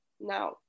Now